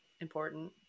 important